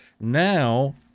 now